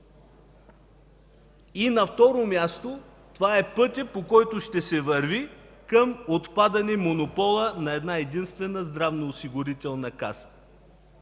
И на следващо място, това е пътят, по който ще се върви към отпадане монопола на една-единствена Здравноосигурителна каса